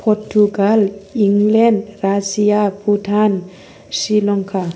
Portugal England Russia Bhutan Sri Lanka